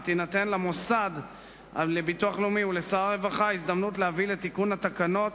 ותינתן למוסד לביטוח לאומי ולשר הרווחה הזדמנות להביא לתיקון התקנות,